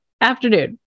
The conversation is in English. Afternoon